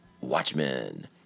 Watchmen